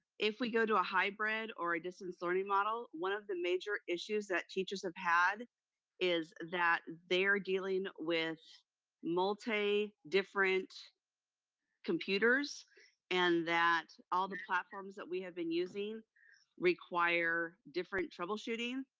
if we go to a hybrid, or a distance learning model, one of the major issues that teachers have had is that they are dealing with multi different computers and that all the platforms that we have been using require different troubleshooting,